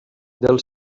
del